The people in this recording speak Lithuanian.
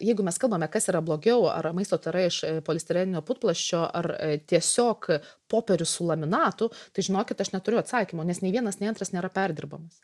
jeigu mes kalbame kas yra blogiau ar maisto tara iš polistireninio putplasčio ar tiesiog popierius su laminatu tai žinokit aš neturiu atsakymo nes nei vienas nei antras nėra perdirbamas